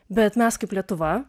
bet mes kaip lietuva